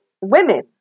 women